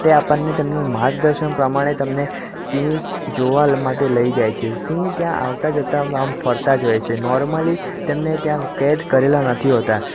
તે આપણને તેમનું માર્ગ દર્શન પ્રમાણે તમને સિંહ જોવા માટે લઈ જાય છે સિંહ ત્યાં આવતા જતાં આમ ફરતા જ હોય છે નૉર્મલી તેમને ત્યાં કેદ કરેલા નથી હોતા